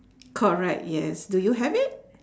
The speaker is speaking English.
correct yes do you have it